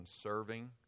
serving